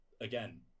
Again